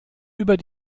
über